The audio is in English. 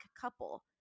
couple